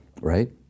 right